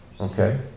Okay